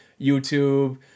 YouTube